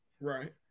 Right